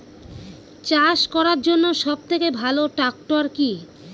চাষ করার জন্য সবথেকে ভালো ট্র্যাক্টর কি?